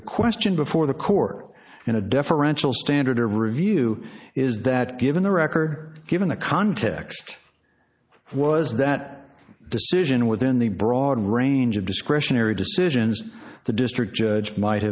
the question before the court in a deferential standard of review is that given the record given the context was that decision within the broad range of discretionary decisions the district judge might